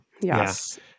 Yes